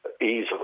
easily